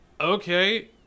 okay